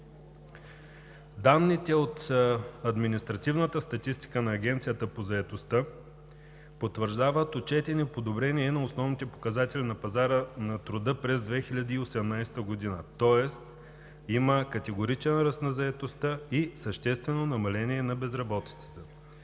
Данните от административната статистика на Агенцията по заетостта потвърждават отчетени в подобрение на основните показатели на пазара на труда през 2018 г. Тоест има категоричен ръст на заетостта и съществено намаление на безработицата.